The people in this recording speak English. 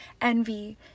envy